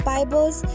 Bibles